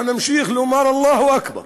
אנחנו נמשיך לומר "אללה אכבר".